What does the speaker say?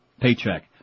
paycheck